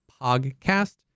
podcast